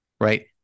right